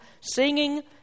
singing